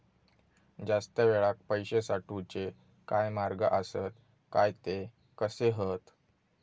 जास्त वेळाक पैशे साठवूचे काय मार्ग आसत काय ते कसे हत?